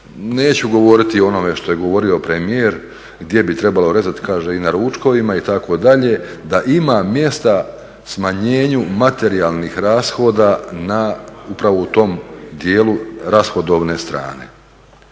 neću govoriti o onome što je govorio premijer gdje bi trebalo rezati, kaže i na ručkovima itd., da ima mjesta smanjenju materijalnih rashoda upravo u tom dijelu rashodovne strane.